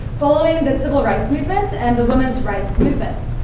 following the civil rights movement, and the women's rights movement.